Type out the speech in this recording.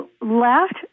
left